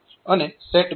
4 છે અને SETB P3